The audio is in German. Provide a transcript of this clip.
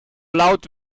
laut